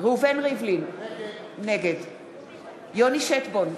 ראובן ריבלין, נגד יוני שטבון,